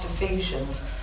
Ephesians